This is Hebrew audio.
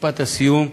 במשפט הסיום,